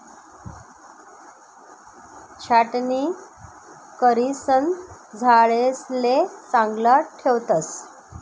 छाटणी करिसन झाडेसले चांगलं ठेवतस